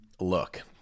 look